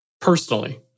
personally